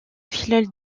filleul